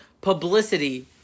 publicity